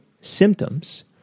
symptoms